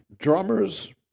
drummers